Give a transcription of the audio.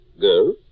Girl